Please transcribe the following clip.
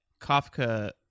Kafka